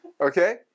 okay